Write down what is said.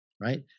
right